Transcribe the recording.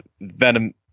venom